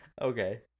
Okay